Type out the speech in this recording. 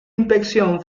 inspección